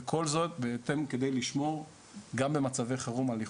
וכל זאת בהתאם על מנת לשמור גם במצבי חירום.